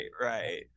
right